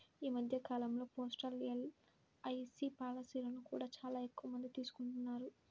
ఈ మధ్య కాలంలో పోస్టల్ ఎల్.ఐ.సీ పాలసీలను కూడా చాలా ఎక్కువమందే తీసుకుంటున్నారు